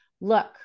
look